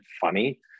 funny